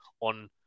on